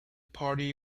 party